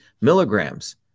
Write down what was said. milligrams